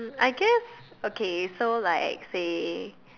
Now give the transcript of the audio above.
I guess okay so like say